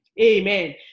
amen